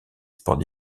sports